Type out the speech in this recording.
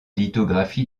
lithographies